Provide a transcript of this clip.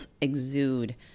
exude